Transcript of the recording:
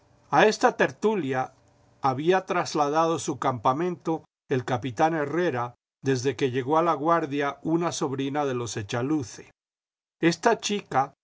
a esta tertulia había trasladado su campamento el capitán herrera desde que llegó a laguardia una sobrina de las de echaluce esta chica